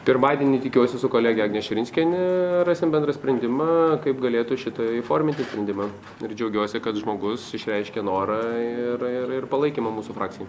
pirmadienį tikiuosi su kolege agne širinskiene rasim bendrą sprendimą kaip galėtų šitą įforminti sprendimą ir džiaugiuosi kad žmogus išreiškė norą ir ir ir palaikymą mūsų frakcijai